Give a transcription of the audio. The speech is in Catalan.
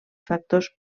factors